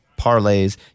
parlays